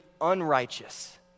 unrighteous